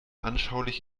anschaulich